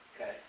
Okay